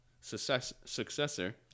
successor